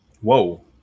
Whoa